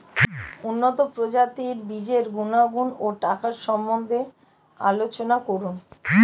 উন্নত প্রজাতির বীজের গুণাগুণ ও টাকার সম্বন্ধে আলোচনা করুন